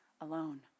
alone